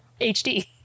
HD